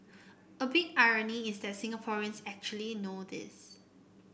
a big irony is that Singaporeans actually know this